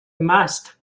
mast